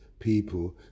people